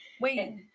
wait